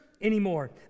Anymore